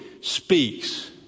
speaks